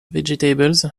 vegetables